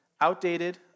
Outdated